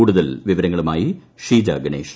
കൂടുതൽ വിവരങ്ങളുമായി ഷീജഗണേഷ്